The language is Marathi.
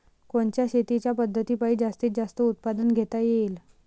कोनच्या शेतीच्या पद्धतीपायी जास्तीत जास्त उत्पादन घेता येईल?